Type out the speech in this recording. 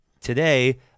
today